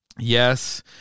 Yes